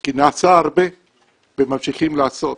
כי נעשה הרבה וממשיכים לעשות,